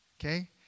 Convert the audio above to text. Okay